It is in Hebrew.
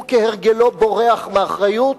הוא, כהרגלו, בורח מאחריות.